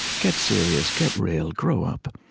get serious, get real, grow up.